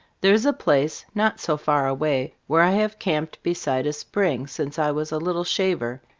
there's a place, not so far away, where i have camped beside a spring since i was a little shaver,